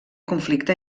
conflicte